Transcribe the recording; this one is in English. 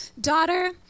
daughter